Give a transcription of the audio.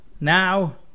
Now